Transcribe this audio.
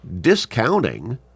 discounting